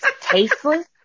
tasteless